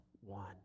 one